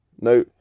Now